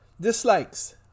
Dislikes